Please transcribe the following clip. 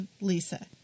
Lisa